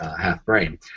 half-brain